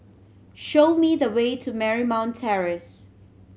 show me the way to Marymount Terrace